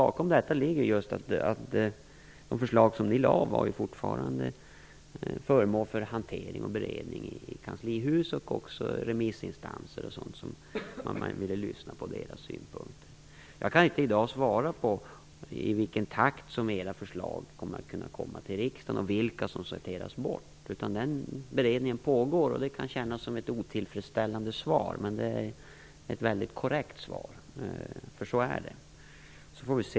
Bakom detta ligger att de förslag som ni lade fram fortfarande var föremål för hantering och beredning i kanslihuset och att man även ville lyssna på remissinstansernas synpunkter. Jag kan inte i dag svara på i vilken takt era förslag kommer att lämnas till riksdagen eller vilka som sorteras bort. Den beredningen pågår. Det kan kännas som ett otillfredsställande svar, men det är ett korrekt svar, för så är det.